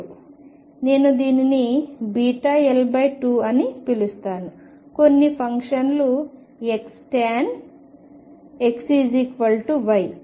నేను దీనిని βL2 అని పిలుస్తాను కొన్ని ఫంక్షన్ లు X tanX Y